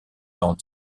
dans